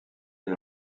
est